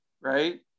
right